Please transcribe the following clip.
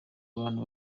abantu